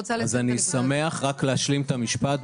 אני רק אשלים את המפשט,